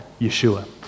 Yeshua